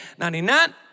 99